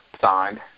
signed